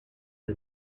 and